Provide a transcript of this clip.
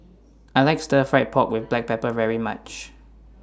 I like Stir Fried Pork with Black Pepper very much